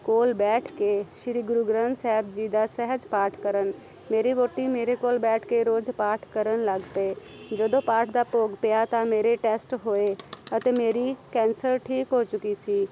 ਕੋਲ ਬੈਠ ਕੇ ਸ਼੍ਰੀ ਗੁਰੂ ਗ੍ਰੰਥ ਸਾਹਿਬ ਜੀ ਦਾ ਸਹਿਜ ਪਾਠ ਕਰਨ ਮੇਰੀ ਵਹੁਟੀ ਮੇਰੇ ਕੋਲ ਬੈਠ ਕੇ ਰੋਜ਼ ਪਾਠ ਕਰਨ ਲੱਗ ਪਏ ਜਦੋਂ ਪਾਠ ਦਾ ਭੋਗ ਪਿਆ ਤਾਂ ਮੇਰੇ ਟੈਸਟ ਹੋਏ ਅਤੇ ਮੇਰੀ ਕੈਂਸਰ ਠੀਕ ਹੋ ਚੁੱਕੀ ਸੀ